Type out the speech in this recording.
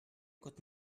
kot